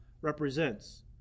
represents